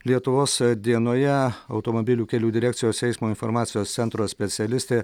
lietuvos dienoje automobilių kelių direkcijos eismo informacijos centro specialistė